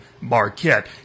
Marquette